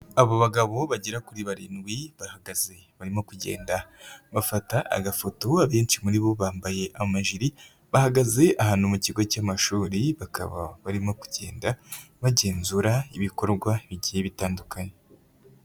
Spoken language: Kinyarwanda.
Abo bagabo bagera kuri barindwi bahagaze, barimo kugenda bafata agafoto, abenshi muri bo bambaye amajiri bahagaze ahantu mu kigo cy'amashuri, bakaba barimo kugenda bagenzura ibikorwa bigiye bitandukanye.